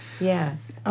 yes